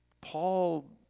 Paul